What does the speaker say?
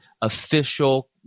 official